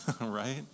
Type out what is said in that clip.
right